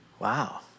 Wow